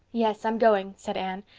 yes, i'm going, said anne.